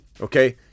Okay